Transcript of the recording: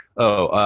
oh,